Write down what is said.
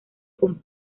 con